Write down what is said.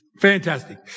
Fantastic